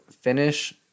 finish